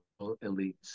elites